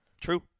True